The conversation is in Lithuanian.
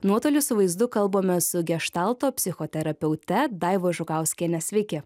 nuotoliu su vaizdu kalbamės su geštalto psichoterapeute daiva žukauskiene sveiki